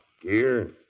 gear